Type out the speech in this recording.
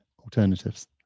Alternatives